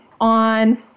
on